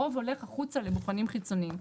הרוב הולך החוצה לבוחנים חיצוניים.